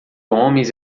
homens